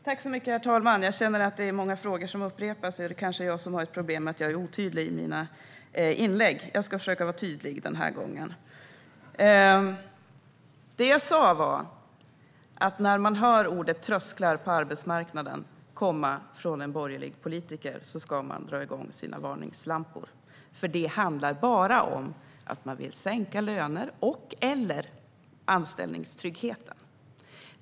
Herr talman! Jag känner att det är många frågor som upprepas. Det kanske är jag som har ett problem med att jag är otydlig i mina inlägg. Jag ska försöka att vara tydlig den här gången. Det jag sa var att när man hör orden "trösklar på arbetsmarknaden" komma från en borgerlig politiker ska man dra igång sina varningslampor. Det handlar bara om att de vill sänka löner och/eller försämra anställningstryggheten.